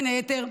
בין היתר,